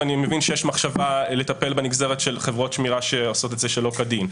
ואני מבין שיש מחשבה לטפל בנגזרת של חברות שמירה שעושות את זה שלא כדין.